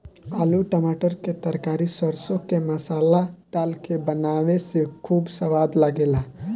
आलू टमाटर के तरकारी सरसों के मसाला डाल के बनावे से खूब सवाद लागेला